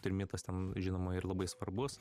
trimitas ten žinoma ir labai svarbus